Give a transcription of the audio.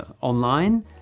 online